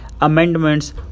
amendments